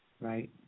Right